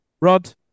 Rod